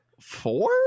four